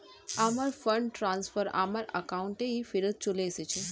আমার fund transfer আমার অ্যাকাউন্টেই ফেরত চলে এসেছে